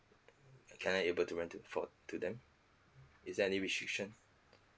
can I able to rent to for to them is there any restriction